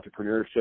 entrepreneurship